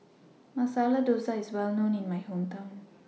Masala Dosa IS Well known in My Hometown